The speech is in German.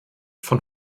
von